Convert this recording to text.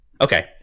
Okay